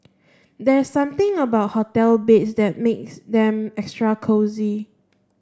there's something about hotel beds that makes them extra cosy